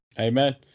amen